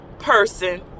Person